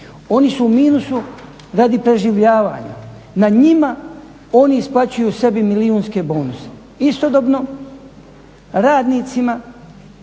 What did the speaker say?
oni su u minusu radi preživljavanja, na njima oni isplaćuju sebi milijunske bonuse. Istodobno radnicima